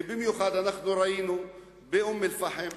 ובמיוחד ראינו באום-אל-פחם,